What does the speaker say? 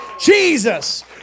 Jesus